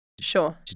Sure